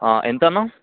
ఎంత అన్న